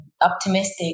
optimistic